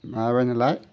माबाबाय नालाय